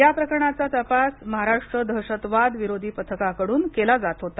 या प्रकरणाचा तपास महाराष्ट्र दहशतवाद विरोधी पथकाकडून केला जात होता